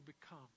become